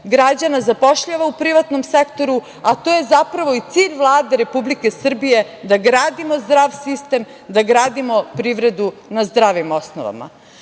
građana zapošljava u privatnom sektoru, a to je zapravo i cilj Vlade Republike Srbije, da gradimo zdrav sistem, da gradimo privredu na zdravim osnovama. Takođe,